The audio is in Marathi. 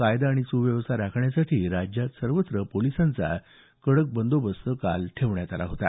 कायदा आणि सुव्यवस्था राखण्यासाठी राज्यात सर्वत्र पोलिसांचा कडक बंदोबस्त ठेवण्यात आला होता